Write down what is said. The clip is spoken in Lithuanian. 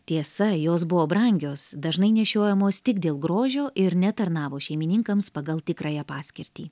tiesa jos buvo brangios dažnai nešiojamos tik dėl grožio ir netarnavo šeimininkams pagal tikrąją paskirtį